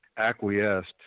acquiesced